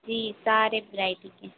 जी सारी वराईटी की